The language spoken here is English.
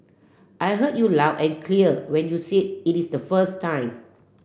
I heard you loud and clear when you said it is the first time